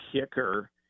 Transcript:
kicker